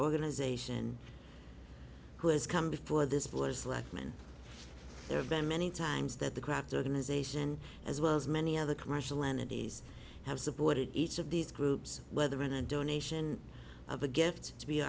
organization who has come before this board slackman there have been many times that the craft organization as well as many other commercial entities have supported each of these groups whether in a donation of a gift to be